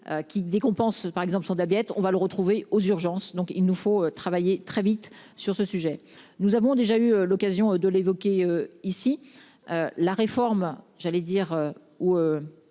qu'on pense par exemple sur la dette. On va le retrouver aux urgences, donc il nous faut travailler très vite sur ce sujet, nous avons déjà eu l'occasion de l'évoquer ici. La réforme, j'allais dire